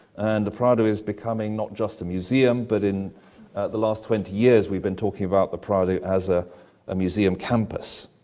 and the prado is becoming not just a museum, but in the last twenty years, we've been talking about the prado as ah a museum campus.